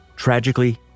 Tragically